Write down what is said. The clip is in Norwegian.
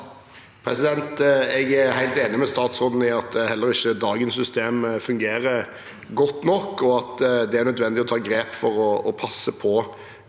Jeg er helt enig med statsråden i at heller ikke dagens system fungerer godt nok, og at det er nødvendig å ta grep for å passe